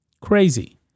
Crazy